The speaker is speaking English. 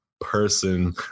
person